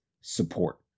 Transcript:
support